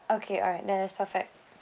okay alright then it's perfect